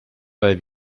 weil